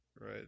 Right